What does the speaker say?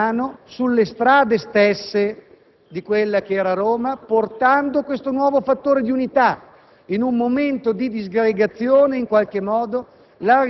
e l'Europa sopravvive all'Impero romano sulle strade stesse di quella che era Roma, portando questo nuovo fattore di unità.